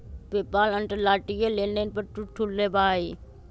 PayPal अंतर्राष्ट्रीय लेनदेन पर कुछ शुल्क लेबा हई